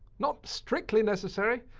not strictly necessary,